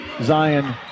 Zion